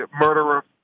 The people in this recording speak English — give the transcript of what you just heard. murderer